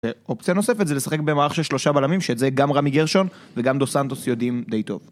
אופציה נוספת זה לשחק במערכת שלושה בלמים שאת זה גם רמי גרשון וגם דה סנטוס יודעים די טוב